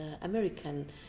American